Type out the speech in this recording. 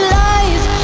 lies